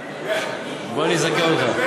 בוא אני אזכה אותך.